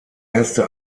erste